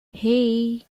hey